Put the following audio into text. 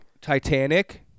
titanic